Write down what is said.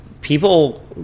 people